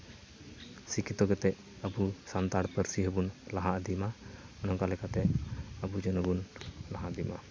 ᱥᱤᱠᱠᱷᱤᱛᱚ ᱠᱟᱛᱮ ᱟᱵᱚ ᱥᱟᱱᱛᱟᱲ ᱯᱟᱹᱨᱥᱤ ᱦᱚᱸᱵᱚᱱ ᱞᱟᱦᱟ ᱤᱫᱤᱢᱟ ᱚᱱᱟ ᱚᱱᱠᱟ ᱞᱮᱠᱟᱛᱮ ᱟᱵᱚ ᱡᱮᱱᱚ ᱵᱚᱱ ᱞᱟᱦᱟᱱᱛᱚᱜ ᱢᱟ